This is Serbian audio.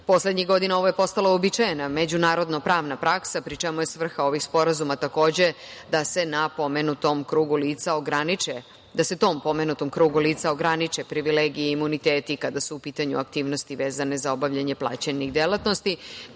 Poslednjih godina ovo je postalo uobičajena, međunarodno pravna praksa pri čemu je svrha ovih sporazuma takođe da se tom pomenutom krugu lica ograniče privilegije, imuniteti kada su u pitanju aktivnosti vezane za obavljanje plaćenih delatnosti